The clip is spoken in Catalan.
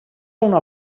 una